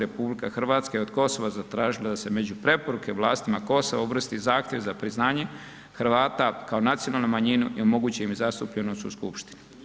RH je od Kosova zatražila da se među preporuke vlastima Kosova uvrsti zahtjev za priznanje Hrvata kao nacionalnu manjini i omogući im i zastupljenost u skupštini.